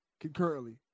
concurrently